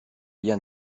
bien